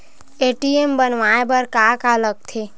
ATM बनवाय बर का का लगथे?